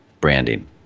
Branding